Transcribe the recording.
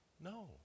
No